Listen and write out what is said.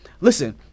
Listen